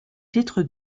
titre